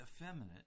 effeminate